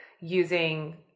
using